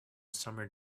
summer